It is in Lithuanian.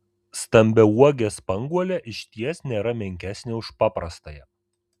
stambiauogė spanguolė išties nėra menkesnė už paprastąją